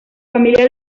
familia